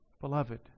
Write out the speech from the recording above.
Beloved